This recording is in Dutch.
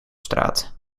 straat